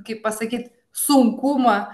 kaip pasakyt sunkumą